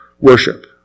Worship